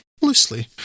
loosely